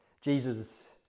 Jesus